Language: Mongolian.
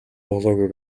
болоогүй